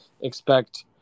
expect